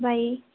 bye